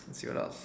see what else